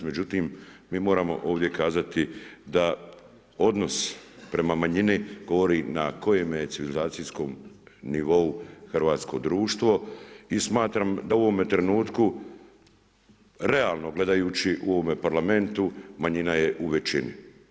Međutim mi moramo ovdje kazati da odnos prema manjini govori na kojemu je civilizacijskom nivou hrvatsko društvo i smatram da u ovome trenutku realno gledajući u ovome Parlamentu, manjina je u većini.